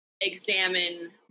examine